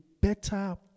better